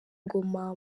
ngoma